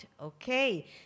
okay